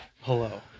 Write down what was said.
Hello